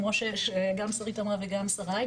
כמו שגם שרית אמרה וגם שריי,